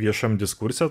viešam diskurse